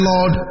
Lord